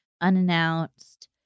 unannounced